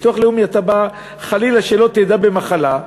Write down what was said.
ביטוח לאומי, אתה בא, חלילה שלא תדע, במחלה,